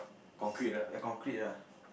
your concrete ah